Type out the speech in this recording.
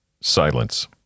silence